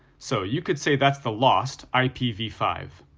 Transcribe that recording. so, you could say that's the lost i p v five.